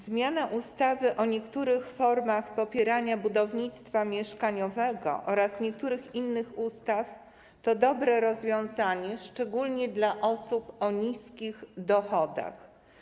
Zmiana ustawy o niektórych formach popierania budownictwa mieszkaniowego oraz niektórych innych ustaw to dobre rozwiązanie, szczególnie dla osób o niskich dochodach.